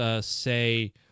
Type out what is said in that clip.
say